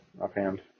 offhand